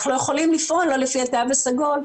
אנחנו לא יכולים לפעול לא לפי התו הסגול,